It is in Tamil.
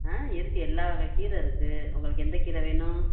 ஆ இருக்குது எல்லா வகை கீரை இருக்குது உங்களுக்கு எந்த கீரை வேணும்